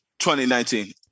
2019